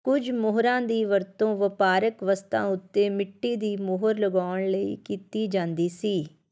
ਕੁਝ ਮੋਹਰਾਂ ਦੀ ਵਰਤੋਂ ਵਪਾਰਕ ਵਸਤਾਂ ਉੱਤੇ ਮਿੱਟੀ ਦੀ ਮੋਹਰ ਲਗਾਉਣ ਲਈ ਕੀਤੀ ਜਾਂਦੀ ਸੀ